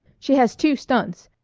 she has two stunts,